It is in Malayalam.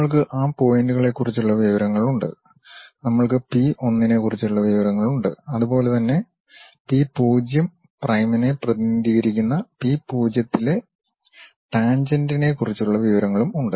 നമ്മൾക്ക് ആ പോയിന്റിനെക്കുറിച്ചുള്ള വിവരങ്ങളുണ്ട് നമ്മൾക്ക് പി 1 നെക്കുറിച്ചുള്ള വിവരങ്ങളുണ്ട് അതുപോലെ തന്നെ പി 0 പ്രൈമിനെ പ്രതിനിധീകരിക്കുന്ന പി 0 ലെ ടാൻജെന്റിനെക്കുറിച്ചുള്ള വിവരങ്ങളും ഉണ്ട്